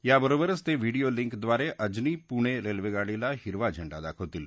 याबरोबरच ते व्हिडीओ लिंकद्वारे अजनी पुणे रेल्वेगाडीला हिरवा झेंडा दाखवतील